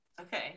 okay